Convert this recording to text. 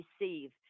receive